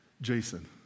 Jason